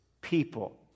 people